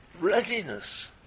readiness